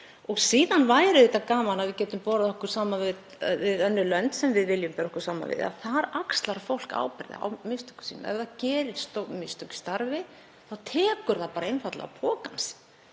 Síðan væri auðvitað gaman að við gætum borið okkur saman við önnur lönd sem við viljum bera okkur saman við, en þar axlar fólk ábyrgð á mistökum sínum. Ef það gerir stór mistök í starfi þá tekur það einfaldlega pokann